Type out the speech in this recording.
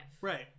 Right